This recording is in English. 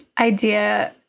idea